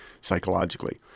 psychologically